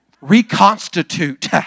reconstitute